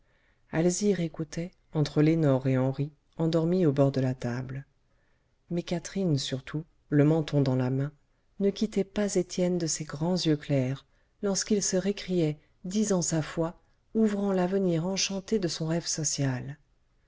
alzire écoutait entre lénore et henri endormis au bord de la table mais catherine surtout le menton dans la main ne quittait pas étienne de ses grands yeux clairs lorsqu'il se récriait disant sa foi ouvrant l'avenir enchanté de son rêve social